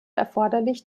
erforderlich